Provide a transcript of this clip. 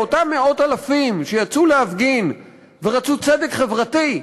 לאותם מאות אלפים שיצאו להפגין ורצו צדק חברתי,